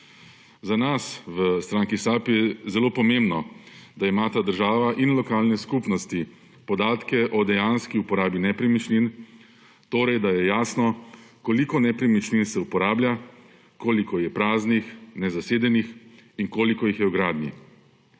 Za nas v stranki SAB je zelo pomembno, da imata država in lokalne skupnosti podatke o dejanski uporabi nepremičnin, torej da je jasno, koliko nepremičnin se uporablja, koliko je praznih, nezasedenih in koliko jih je v gradnji.